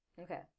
Okay